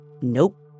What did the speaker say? nope